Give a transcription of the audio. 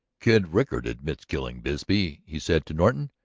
kid rickard admits killing bisbee, he said to norton.